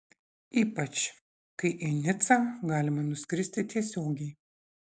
ypač kai į nicą galima nuskristi tiesiogiai